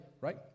Right